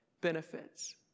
benefits